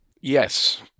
Yes